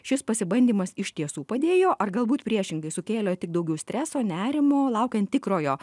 šis pasibandymas iš tiesų padėjo ar galbūt priešingai sukėlė tik daugiau streso nerimo laukiant tikrojo